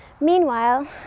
meanwhile